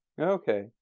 Okay